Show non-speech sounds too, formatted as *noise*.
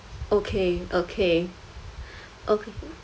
okay okay *breath* okay